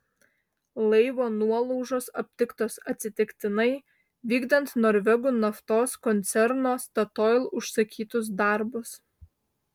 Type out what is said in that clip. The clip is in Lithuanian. laivo nuolaužos aptiktos atsitiktinai vykdant norvegų naftos koncerno statoil užsakytus darbus